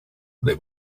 they